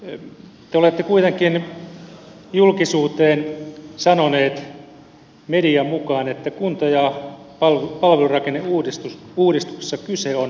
median mukaan te olette kuitenkin julkisuuteen sanonut että kunta ja palvelurakenneuudistuksessa kyse on valtapolitiikasta